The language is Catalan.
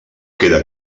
queda